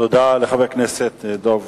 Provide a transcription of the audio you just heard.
תודה לחבר הכנסת דב